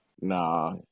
nah